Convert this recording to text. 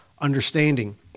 understanding